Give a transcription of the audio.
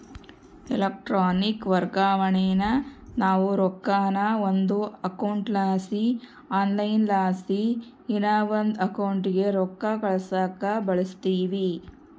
electronic ವರ್ಗಾವಣೇನಾ ನಾವು ರೊಕ್ಕಾನ ಒಂದು ಅಕೌಂಟ್ಲಾಸಿ ಆನ್ಲೈನ್ಲಾಸಿ ಇನವಂದ್ ಅಕೌಂಟಿಗೆ ರೊಕ್ಕ ಕಳ್ಸಾಕ ಬಳುಸ್ತೀವಿ